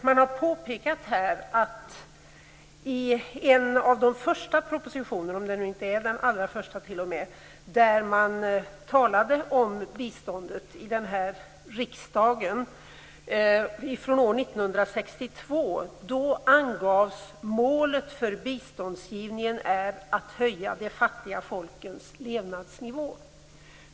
Man har påpekat att i en av de första propositionerna till riksdagen om biståndet från 1962 angavs att målet för biståndsgivningen var att höja de fattiga folkens levnadsnivå.